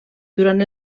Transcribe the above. durant